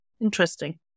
Interesting